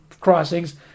crossings